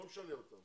לא נשנה אותם.